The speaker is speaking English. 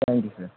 thank you sir